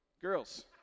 Girls